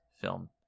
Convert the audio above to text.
film